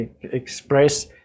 express